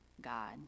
God